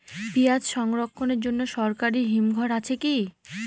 পিয়াজ সংরক্ষণের জন্য সরকারি হিমঘর আছে কি?